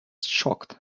shocked